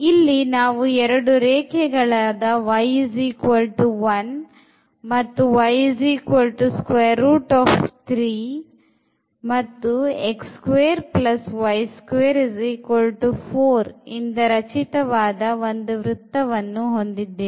ಇಲ್ಲಿ ನಾವು ಎರಡು ರೇಖೆಗಳಾದ y1 ಮತ್ತು ಇಂದ ರಚಿತವಾದ ಒಂದು ವೃತ್ತವನ್ನು ಹೊಂದಿದ್ದೇವೆ